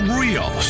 real